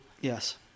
yes